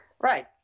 Right